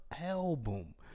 album